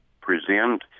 present